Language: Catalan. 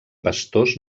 pastors